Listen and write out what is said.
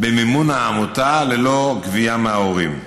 במימון העמותה ללא גבייה מההורים.